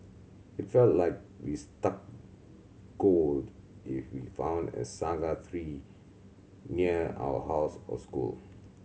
it felt like we struck gold if we found a saga tree near our house or school